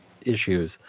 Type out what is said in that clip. issues